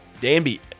Danby